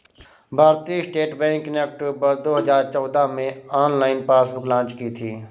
भारतीय state bank ने अक्टूबर दो हजार चौदह में ऑनलाइन पासबुक लॉन्च की थी